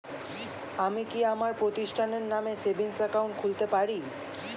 আমি কি আমার প্রতিষ্ঠানের নামে সেভিংস একাউন্ট খুলতে পারি?